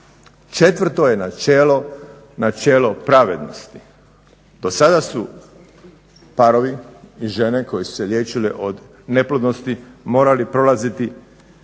načelo je načelo pravednosti. Do sada su parovi i žene koje su se liječile od neplodnosti morali prolaziti